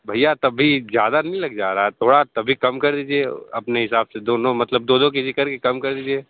भैया तभी ज़्यादा नहीं लग जा रहा है थोड़ा तभी कम कर दीजिए अपने हिसाब से दोनों मतलब दो दो के जी करके कम कर दीजिये